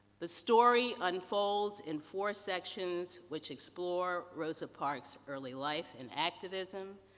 the story unfolds in four sections which explore rosa parks' early life and activism,